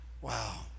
Wow